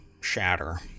shatter